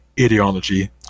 ideology